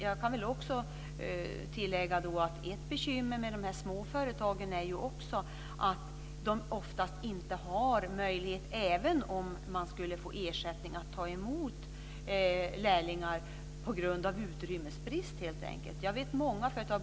Jag kan också tillägga att ett bekymmer med de små företagen är att de oftast inte har möjlighet att ta emot lärlingar på grund av utrymmesbrist även om man skulle få ersättning.